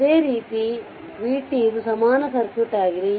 ಅದೇ ರೀತಿ vt ಇದು ಸಮಾನ ಸರ್ಕ್ಯೂಟ್ ಆಗಿದೆ